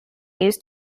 used